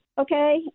Okay